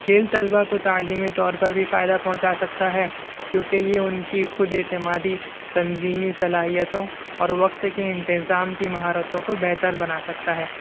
کھیل طلبہ کو تعلیمی طور پر بھی فائدہ پہنچا سکتا ہے کیونکہ یہ ان کی خود اعتمادی تنظیمی صلاحیتوں اور وقت کی انتظام کی مہارتوں کو بہتر بنا سکتا ہے